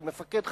של מפקד חטיבה,